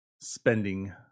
spending